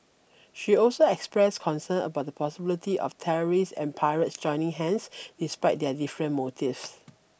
she also expressed concern about the possibility of terrorists and pirates joining hands despite their different motives